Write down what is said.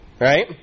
Right